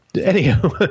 Anyhow